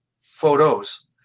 photos